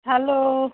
hello